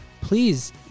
please